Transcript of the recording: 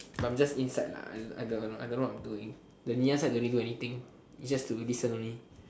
but I'm just inside lah I I don't know I don't know what I'm doing the Ngee-Ann side don't need do anything it's just to listen only